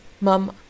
Mum